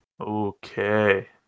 Okay